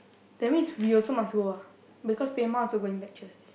that means we also must go ah because also going back church